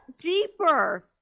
deeper